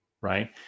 right